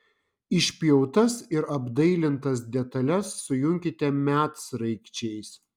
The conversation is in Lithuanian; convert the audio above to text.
išpjautas ir apdailintas detales sujunkite medsraigčiais